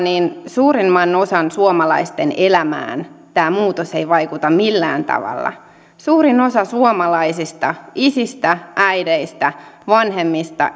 suurimpaan osaan suomalaisten elämää tämä muutos ei vaikuta millään tavalla suurin osa suomalaisista isistä äideistä vanhemmista